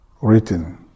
written